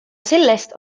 sellest